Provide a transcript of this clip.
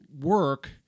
work